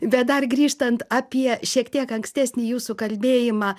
bet dar grįžtant apie šiek tiek ankstesnį jūsų kalbėjimą